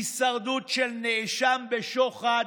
הישרדות של נאשם בשוחד,